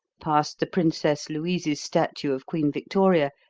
passed the princess louise's statue of queen victoria,